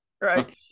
Right